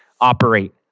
operate